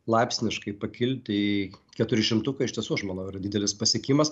laipsniškai pakilti į keturišimtuką iš tiesų aš manau yra didelis pasiekimas